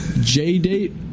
J-date